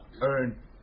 earn